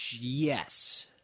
Yes